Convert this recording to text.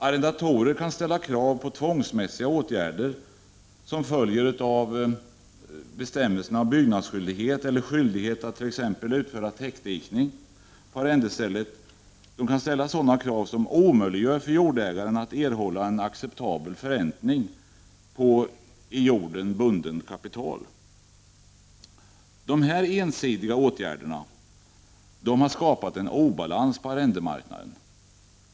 Arrendator kan ställa sådana krav på tvångsmässiga åtgärder som följer av bestämmelserna om byggnadsskyldighet eller skyldighet att utföra täckdikning på arrendestället som omöjliggör för jordägaren att erhålla en acceptabel förräntning på i jord bundet kapital. Dessa ensidiga åtgärder har skapat en obalans på arrendemarknaden.